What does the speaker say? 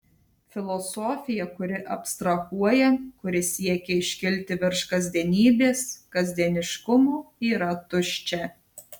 filosofija kuri abstrahuoja kuri siekia iškilti virš kasdienybės kasdieniškumo yra tuščia